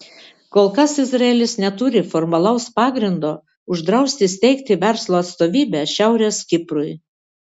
kol kas izraelis neturi formalaus pagrindo uždrausti steigti verslo atstovybę šiaurės kiprui